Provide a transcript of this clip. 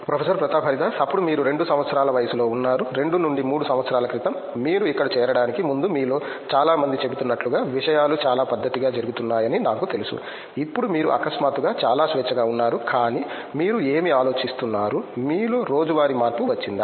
professor Pratap Haridas అప్పుడు మీరు 2 సంవత్సరాల వయస్సులో ఉన్నారు 2 3 సంవత్సరాల క్రితం మీరు ఇక్కడ చేరడానికి ముందు మీలో చాలా మంది చెబుతున్నట్లుగా విషయాలు చాలా పద్దతిగా జరుగుతున్నాయని నాకు తెలుసు ఇప్పుడు మీరు అకస్మాత్తుగా చాలా స్వేచ్ఛగా ఉన్నారు కానీ మీరు ఏమి ఆలోచిస్తున్నారు మీలో రోజువారీ మార్పు వచ్చింది